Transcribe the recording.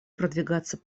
продвигаться